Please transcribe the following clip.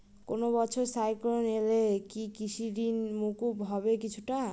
কোনো বছর সাইক্লোন এলে কি কৃষি ঋণ মকুব হবে কিছুটা?